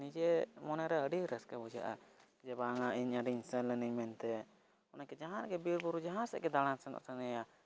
ᱮᱱᱠᱷᱟᱱ ᱱᱤᱡᱮ ᱢᱚᱱᱮᱨᱮ ᱟᱹᱰᱤ ᱨᱟᱹᱥᱠᱟᱹ ᱵᱩᱡᱷᱟᱹᱜᱼᱟ ᱡᱮ ᱵᱟᱝᱼᱟ ᱤᱧ ᱟᱹᱰᱤᱧ ᱥᱮᱱ ᱞᱤᱱᱟᱹᱧ ᱢᱮᱱᱛᱮ ᱚᱱᱟᱛᱮ ᱡᱟᱦᱟᱸ ᱨᱮᱜᱮ ᱵᱤᱨ ᱵᱩᱨᱩ ᱡᱟᱦᱟᱸ ᱥᱮᱫᱜᱮ ᱫᱟᱬᱟᱱ ᱥᱮᱱᱚᱜ ᱥᱟᱱᱟᱹᱧᱟ